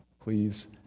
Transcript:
Please